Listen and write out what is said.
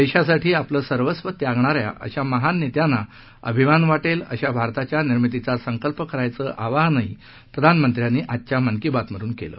देशासाठी आपलं सर्वस्व त्यागणाऱ्या अशा महान नेत्यांना अभिमान वाटेल अशा भारताच्या निर्मितीचा संकल्प करण्याचं आवाहनही प्रधानमंत्र्यांनी आजच्या मन की बातमधून केलं